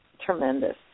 tremendous